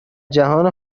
جهان